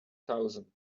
thousand